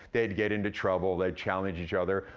they'd get into trouble, they'd challenge each other,